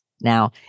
Now